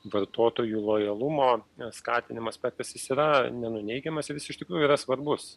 vartotojų lojalumo skatinimo aspektas yra nenuneigiamas ir jis iš tikrųjų yra svarbus